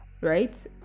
Right